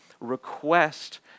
request